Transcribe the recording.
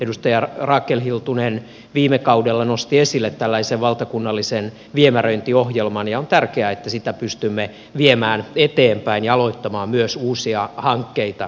edustaja rakel hiltunen viime kaudella nosti esille tällaisen valtakunnallisen viemäröintiohjelman ja on tärkeää että sitä pystymme viemään eteenpäin ja aloittamaan myös uusia hankkeita ensi vuonna